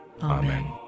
Amen